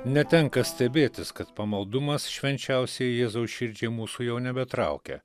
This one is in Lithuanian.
netenka stebėtis kad pamaldumas švenčiausiajai jėzaus širdžiai mūsų jau nebetraukia